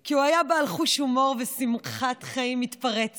כי הוא היה בעל חוש הומור ושמחת חיים מתפרצת,